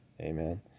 Amen